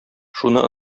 шуны